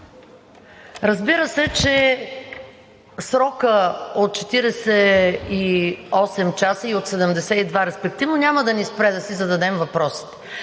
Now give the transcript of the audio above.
Разбира се, че срокът от 48 часа и от 72 респективно няма да ни спре да си зададем въпросите,